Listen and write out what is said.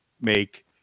make